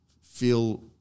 feel